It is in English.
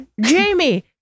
Jamie